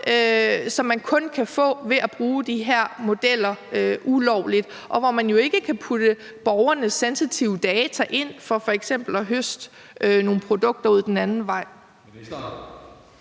som man kun kan få ved at bruge de her modeller ulovligt, og hvor man jo ikke kan putte borgernes sensitive data ind i dem for f.eks. at høste nogle produkter den anden vej?